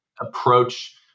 approach